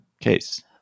case